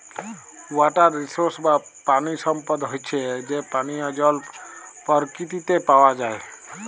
water resources বা পানি সম্পদ হচ্যে যে পানিয় জল পরকিতিতে পাওয়া যায়